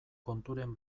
konturen